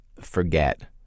forget